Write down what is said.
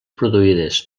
produïdes